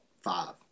five